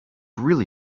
really